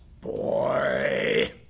boy